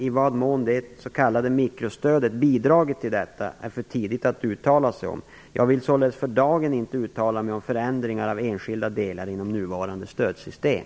I vad mån det s.k. mikrostödet bidragit till detta är för tidigt att uttala sig om. Jag vill således för dagen inte uttala mig om förändringar av enskilda delar inom nuvarande stödsystem.